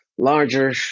larger